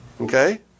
Okay